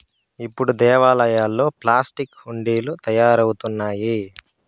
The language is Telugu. ఇప్పుడు దేవాలయాల్లో ప్లాస్టిక్ హుండీలు తయారవుతున్నాయి